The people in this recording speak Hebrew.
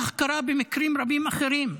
כך קרה במקרים רבים אחרים.